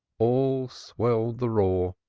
all swelled the roar.